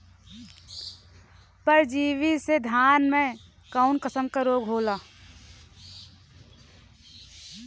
परजीवी से धान में कऊन कसम के रोग होला?